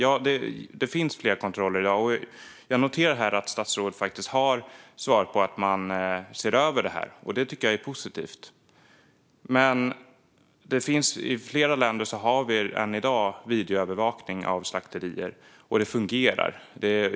Ja, det sker fler kontroller i dag. Jag noterar att statsrådet faktiskt har svarat att man ser över detta. Det tycker jag är positivt. Men i flera länder finns det i dag videoövervakning av slakterier, och den fungerar.